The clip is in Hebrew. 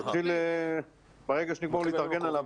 הוא יתחיל ברגע שנגמור להתארגן עליו.